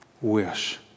wish